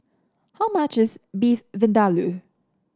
how much is Beef Vindaloo